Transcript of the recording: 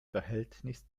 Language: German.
verhältnis